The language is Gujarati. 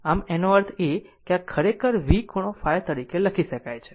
આમ તેનો અર્થ એ કે આ ખરેખર V ખૂણો ϕ તરીકે લખી શકાય છે